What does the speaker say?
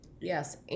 Yes